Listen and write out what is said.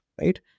right